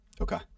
Okay